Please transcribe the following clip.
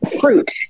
fruit